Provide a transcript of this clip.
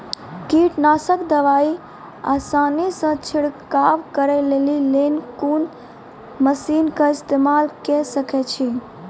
कीटनासक दवाई आसानीसॅ छिड़काव करै लेली लेल कून मसीनऽक इस्तेमाल के सकै छी?